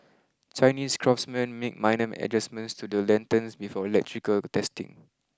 chinese craftsmen make minor adjustments to the lanterns before electrical testing